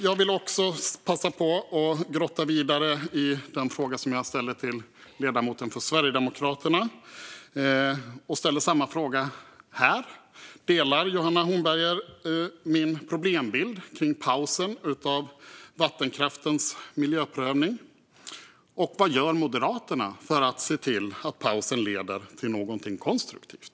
Jag vill också passa på att grotta vidare i den fråga som jag ställde till ledamoten från Sverigedemokraterna och ställa samma fråga nu: Delar Johanna Hornberger min problembild när det gäller pausen för vattenkraftens miljöprövning? Och vad gör Moderaterna för att se till att pausen leder till något konstruktivt?